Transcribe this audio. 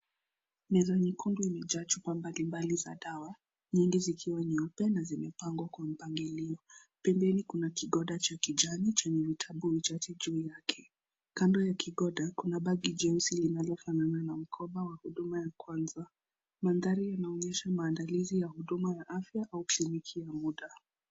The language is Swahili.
Meza nyekundu imejaa chupa mbalimbali za dawa, nyingi zikiwa nyeupe na zimepangwa kwa mpangilio, pembeni kuna kigonda cha kijani chenye vitabu vichache juu yake. Kando ya kigoda kuna bagi jeusi linalofanana na mkoba wa huduma ya kwanza, mandhari yanaonyesha maandalizi ya huduma ya afya au kliniki ya muda.